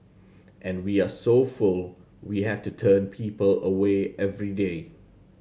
and we are so full we have to turn people away every day